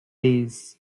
days